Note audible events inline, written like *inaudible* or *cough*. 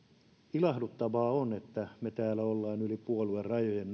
ilahduttavaa on että me täällä yli puoluerajojen *unintelligible*